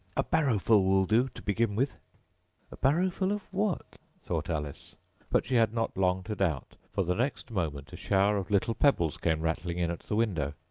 a barrowful will do, to begin with a barrowful of what thought alice but she had not long to doubt, for the next moment a shower of little pebbles came rattling in at the window,